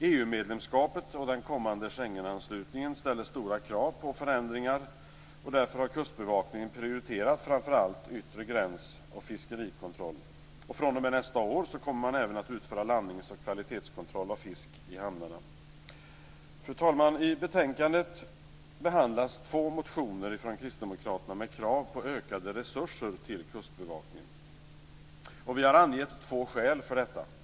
EU medlemskapet och den kommande Schengenanslutningen ställer stora krav på förändringar, och därför har Kustbevakningen prioriterat framför allt yttre gräns och fiskerikontroll. fr.o.m. nästa år kommer man även att utföra landnings och kvalitetskontroll av fisk i hamnarna. Fru talman! I betänkandet behandlas två motioner från Kristdemokraterna med krav på ökade resurser till Kustbevakningen. Vi har angett två skäl för detta.